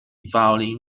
violin